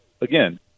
again